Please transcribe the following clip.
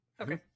Okay